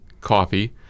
coffee